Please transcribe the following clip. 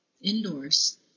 indoors